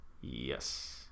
Yes